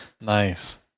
Nice